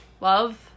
Love